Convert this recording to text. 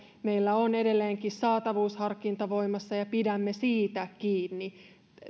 meillä on edelleenkin saatavuusharkinta voimassa ja pidämme siitä kiinni